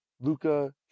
Luca